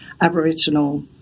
Aboriginal